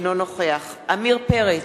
אינו נוכח עמיר פרץ,